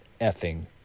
effing